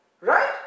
Right